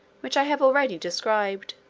which i have already described.